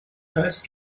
first